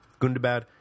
Gundabad